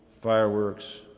fireworks